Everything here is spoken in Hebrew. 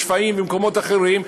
בשפיים ובמקומות אחרים,